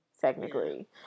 technically